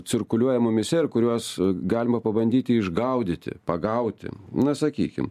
cirkuliuoja mumyse ir kuriuos galima pabandyti išgaudyti pagauti na sakykim